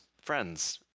friends